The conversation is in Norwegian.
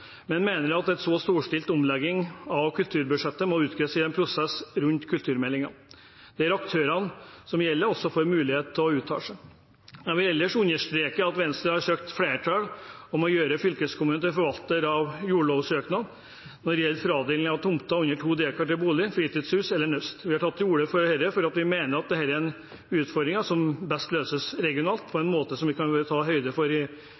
men mener at en så storstilt omlegging av kulturbudsjettet må utgreies i en prosess rundt kulturmeldingen, der aktørene som det gjelder, også får mulighet til å uttale seg. Jeg vil ellers understreke at Venstre har søkt å få flertall for å gjøre fylkeskommunen til forvalter av jordlovsøknader når det gjelder fradeling av tomter under to dekar til bolig, fritidshus eller naust. Vi har tatt til orde for dette fordi vi mener at dette er utfordringer som best løses regionalt, på en måte som kan ta høyde for ulike betingelser i